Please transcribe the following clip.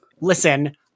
Listen